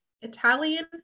Italian